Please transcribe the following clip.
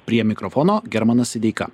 prie mikrofono germanas sideika